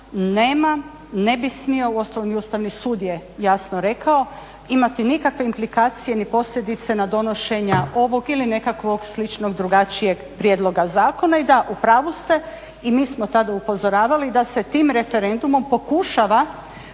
nema, ne bi smio, uostalom i Ustavni sud je jasno rekao, imati nikakve implikacije ni posljedice na donošenje ovog ili nekakvog sličnog, drugačijeg prijedloga zakona i da, u pravu ste i mi smo tada upozoravali da se tim referendumom pokušava